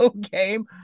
game